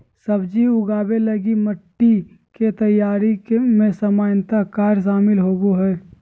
सब्जी उगाबे लगी मिटटी के तैयारी में सामान्य कार्य शामिल होबो हइ